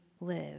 live